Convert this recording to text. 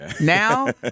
Now